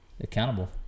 accountable